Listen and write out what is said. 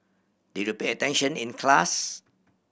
did you pay attention in class